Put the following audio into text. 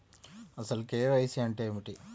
అసలు కే.వై.సి అంటే ఏమిటి?